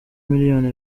miliyoni